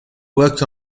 worked